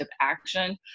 action